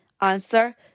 answer